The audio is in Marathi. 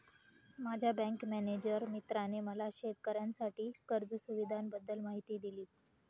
माझ्या बँक मॅनेजर मित्राने मला शेतकऱ्यांसाठी कर्ज सुविधांबद्दल माहिती दिली